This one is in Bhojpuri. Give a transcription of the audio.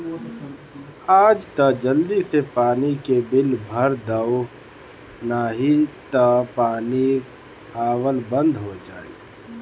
आज तअ जल्दी से पानी के बिल भर दअ नाही तअ पानी आवल बंद हो जाई